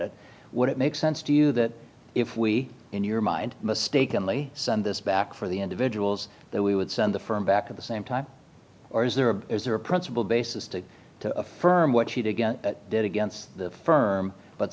it would it make sense to you that if we in your mind mistakenly send this back for the individuals that we would send the firm back of the same time or is there or is there a principle basis to affirm what she'd again did against the firm but